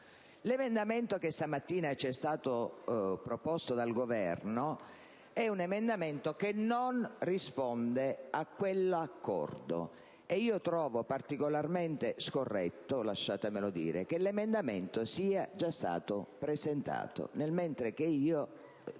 L'emendamento che stamattina ci è stato proposto dal Governo non risponde a quell'accordo. Io trovo particolarmente scorretto - lasciatemelo dire - che l'emendamento sia già stato presentato,